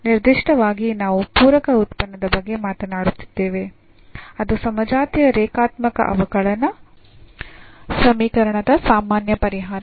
ನಿರ್ದಿಷ್ಟವಾಗಿ ನಾವು ಪೂರಕ ಉತ್ಪನ್ನದ ಬಗ್ಗೆ ಮಾತನಾಡುತ್ತಿದ್ದೇವೆ ಅದು ಸಮಜಾತೀಯ ರೇಖಾತ್ಮಕ ಅವಕಲನ ಸಮೀಕರಣದ ಸಾಮಾನ್ಯ ಪರಿಹಾರ